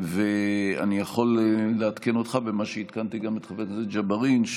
אני יכול לעדכן אותך במה שעדכנתי את חבר הכנסת ג'בארין,